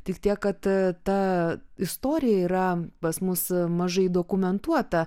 tik tiek kad ta istorija yra pas mus mažai dokumentuota